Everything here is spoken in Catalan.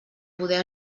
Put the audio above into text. poder